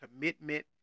commitment